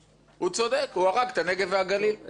אלעזר.